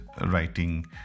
writing